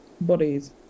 bodies